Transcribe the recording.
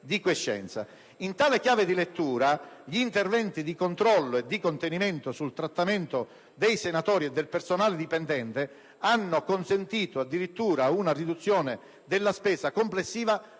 In tale chiave di lettura, gli interventi di controllo e di contenimento sul trattamento dei senatori e del personale dipendente hanno consentito addirittura una riduzione della spesa complessiva